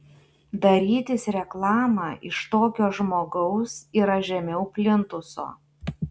darytis reklamą iš tokio žmogaus yra žemiau plintuso